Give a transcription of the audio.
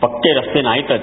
पक्के रस्ते नाहीतच